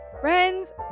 Friends